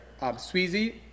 Sweezy